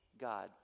God